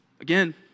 Again